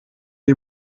die